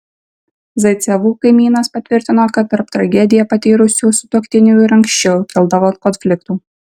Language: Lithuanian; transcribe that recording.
zaicevų kaimynas patvirtino kad tarp tragediją patyrusių sutuoktinių ir anksčiau kildavo konfliktų